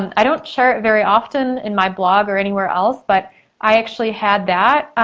and i don't share it very often in my blog or anywhere else but i actually had that.